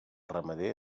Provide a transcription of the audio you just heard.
ramader